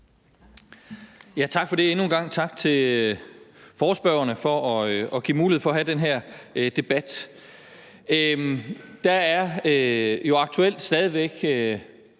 Tak for det, og endnu en gang tak til forespørgerne for at give mulighed for at have den her debat. Der er jo aktuelt stadig væk